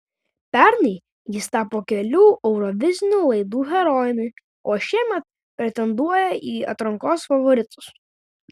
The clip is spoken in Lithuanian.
pernai jis tapo kelių eurovizinių laidų herojumi o šiemet pretenduoja į atrankos favoritus